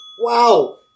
Wow